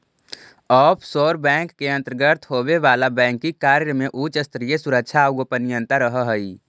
offshore bank के अंतर्गत होवे वाला बैंकिंग कार्य में उच्च स्तरीय सुरक्षा आउ गोपनीयता रहऽ हइ